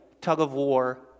tug-of-war